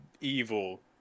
evil